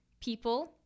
people